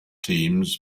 teams